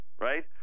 right